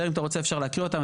אם אתה רוצה אפשר להקריא אותם,